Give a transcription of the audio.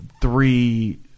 three